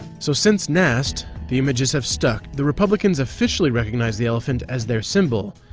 so since nast, the images have stuck the republicans officially recognized the elephant as their symbol.